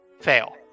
fail